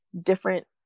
different